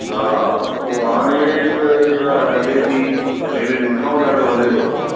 हा हा उहो हाणे हिक इएं हले थी जंहिं में डिस्काउंट ॾाढो हले थो